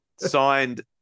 Signed